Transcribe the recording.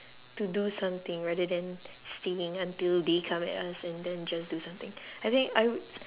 to do something rather than staying until they come at us and then just do something I think I would